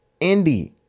Indie